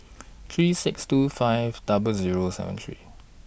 three six two five double Zero seven three